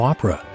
Opera